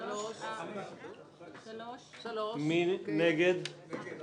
הרביזיה (46) לסעיף 1